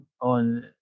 on